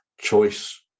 choice